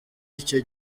icyo